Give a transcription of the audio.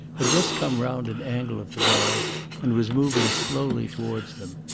had just come round an angle of the drive and was moving slowly towards them.